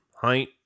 height